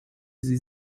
sie